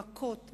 במכות,